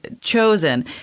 chosen